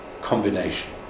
combination